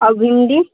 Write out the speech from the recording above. और भिंडी